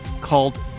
called